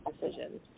decisions